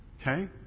Okay